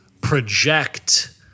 project